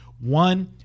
One